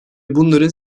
bunların